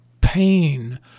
pain